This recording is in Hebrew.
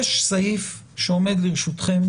יש סעיף שעומד לרשותכם.